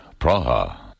Praha